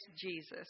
Jesus